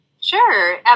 Sure